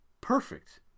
Perfect